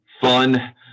fun